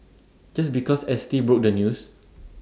just because S T broke the news